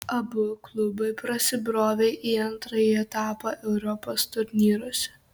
abu klubai prasibrovė į antrąjį etapą europos turnyruose